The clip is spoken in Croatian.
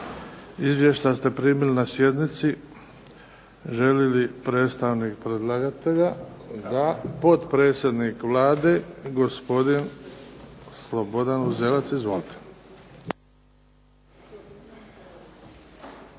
Izvješća ste primili na sjednici. Želi li predstavnik predlagatelja? Da. Potpredsjednik Vlade gospodin Slobodan Uzelac. Izvolite.